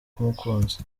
umukunzi